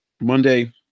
Monday